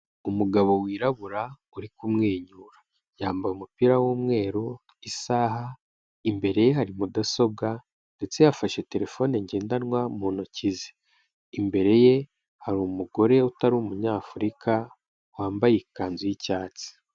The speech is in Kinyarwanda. Umugabo wirabura, uri kumwenyura, yambaye umupira w'umweru, isaha, imbere hari mudasobwa ndetse yafashe terefone ngendanwa mu ntoki ze, imbere ye hari umugore utari Umunyafurika, wambaye ikanzu y'icyatsi.